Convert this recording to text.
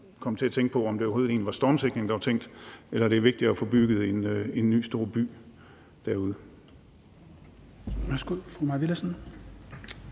komme til at tænke på, om det egentlig overhovedet var stormsikring, der var tænkt på, eller om det var vigtigt at få bygget en ny stor by derude.